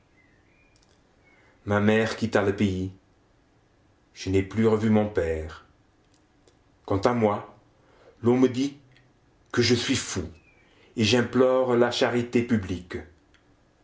ma mère quitta le pays je n'ai plus revu mon père quant à moi l'on dit que je suis fou et j'implore la charité publique